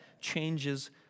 changes